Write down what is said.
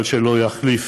אבל שלא יחליף